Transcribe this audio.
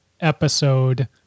episode